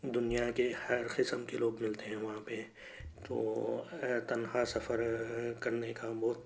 دُنیا کے ہر قسم کے لوگ مِلتے ہیں وہاں پہ تو تنہا سفر کرنے کا بہت